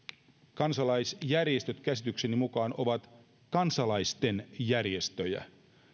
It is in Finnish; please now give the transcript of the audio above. kansalaisjärjestöt käsitykseni mukaan ovat kansalaisten järjestöjä